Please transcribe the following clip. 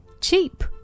Cheap